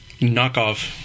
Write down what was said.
knockoff